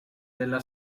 della